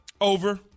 Over